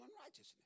unrighteousness